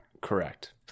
Correct